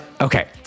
okay